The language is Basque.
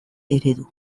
eredu